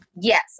Yes